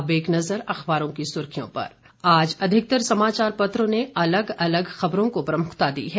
अब एक नजर अखबारों की सुर्खियों पर आज अधिकतर समाचार पत्रों ने अलग अलग खबरों को प्रमुखता दी है